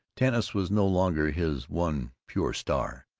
tanis was no longer his one pure star,